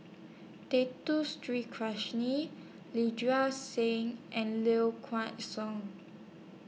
Dato Street Sin and Low Kway Song